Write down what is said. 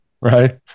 Right